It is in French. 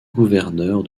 gouverneur